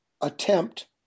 attempt